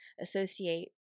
associate